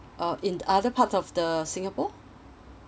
uh in other part of the singapore